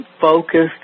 focused